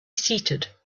seated